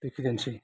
बेखिनियानोसै